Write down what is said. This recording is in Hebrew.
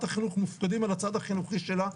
החינוך מופקדים על הצד החינוכי שלה,